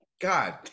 God